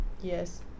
yes